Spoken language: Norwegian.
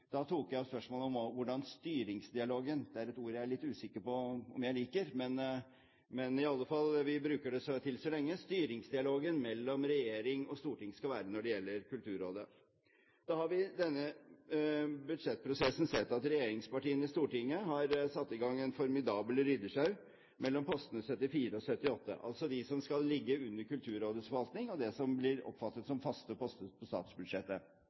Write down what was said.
Da tok jeg opp spørsmålet om hvordan styringsdialogen – det er et ord jeg er litt usikker på om jeg liker, men vi bruker det i alle fall til så lenge – mellom regjering og storting skal være når det gjelder Kulturrådet. I denne budsjettprosessen har vi sett at regjeringspartiene i Stortinget har satt i gang en formidabel ryddesjau mellom postene 74 og 78 – altså de som skal ligge under Kulturrådets forvaltning, og det som blir oppfattet som faste poster på statsbudsjettet.